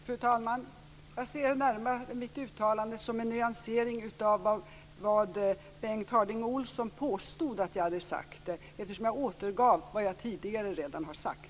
Fru talman! Jag ser mitt uttalande närmare som en nyansering av vad Bengt Harding Olsson påstod att jag hade sagt, eftersom jag återgav vad jag tidigare redan har sagt.